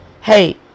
hey